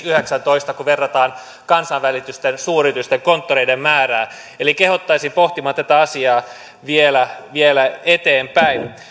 yhdeksäntoista kun verrataan kansainvälisten suuryritysten konttoreiden määrää eli kehottaisin pohtimaan tätä asiaa vielä vielä eteenpäin